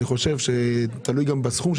אני חושב שזה תלוי גם בסכום,